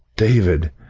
david!